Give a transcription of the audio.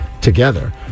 together